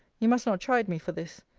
you must not chide me for this.